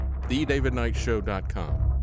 thedavidknightshow.com